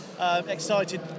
excited